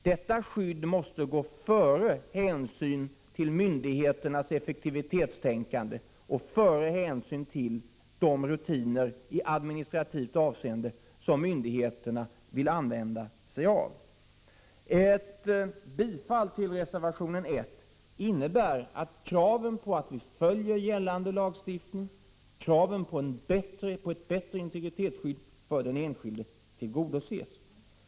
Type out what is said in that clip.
Detta skydd måste gå före hänsyn till myndigheternas effektivitetstänkande och före hänsyn till de rutiner i administrativt avseende som myndigheterna vill använda. Ett bifall till reservation 1 innebär att kraven på att vi följer gällande lagstiftning och kraven på ett bättre integritetsskydd för den enskilde tillgodoses.